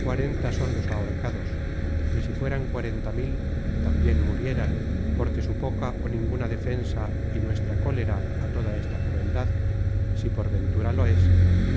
cuarenta son los ahorcados y si fueran cuarenta mil tambien murieran porque su poca ó ninguna defensa y nuestra cólera á toda esta crueldad si por ventura lo es